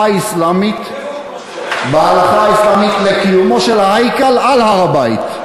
האסלאמית לקיומו של ה"הייכל" על הר-הבית.